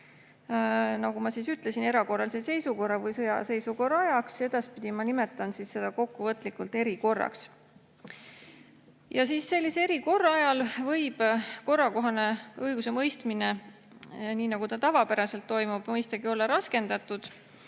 nagu ma ütlesin, erakorralise seisukorra või sõjaseisukorra ajaks. Edaspidi ma nimetan neid kokkuvõtlikult erikorraks. Sellise erikorra ajal võib korrakohane õigusemõistmine, nii nagu see tavapäraselt toimub, mõistagi olla raskendatud.